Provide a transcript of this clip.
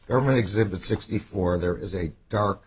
government exhibit sixty four there is a dark